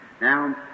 Now